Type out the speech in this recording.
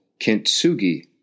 kintsugi